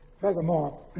Furthermore